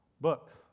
books